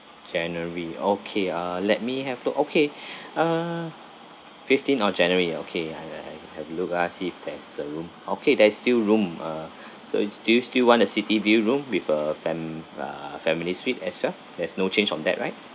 january okay ah let me have a look okay uh fifteenth of january okay I I I have a look ah see if there's a room okay there is still room uh so you still still want the city view room with a fam~ ah family suite as well there's no change on that right